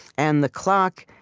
and the clock,